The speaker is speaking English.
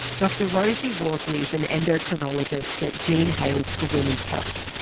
dr rosie worsley is an endocrinologist at jean hailes for women's health.